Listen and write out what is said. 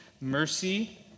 mercy